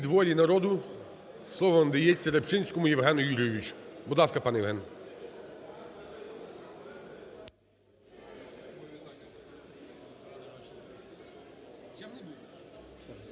"Волі народу" слово надаєтьсяРибчинському Євгену Юрійовичу. Будь ласка, пане Євген.